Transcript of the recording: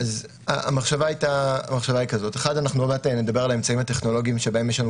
עוד מעט נדבר על האמצעים הטכנולוגיים שבהם יש לנו